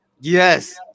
Yes